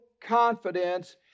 confidence